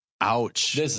Ouch